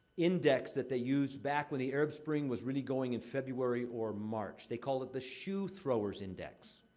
index that they used, back when the arab spring was really going in february or march. they called it the shoe-thrower's index.